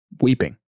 weeping